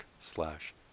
slash